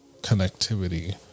connectivity